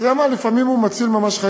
אתה יודע מה, לפעמים הוא ממש מציל חיים.